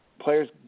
players